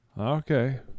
okay